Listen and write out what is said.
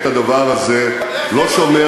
ניסיתי בדרך טובה, ניסיתי בשכנוע